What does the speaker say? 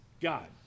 God